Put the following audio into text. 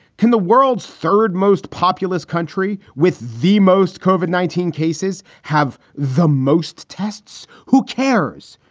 can the world's third most populous country with the most cauvin nineteen cases have the most tests? who cares?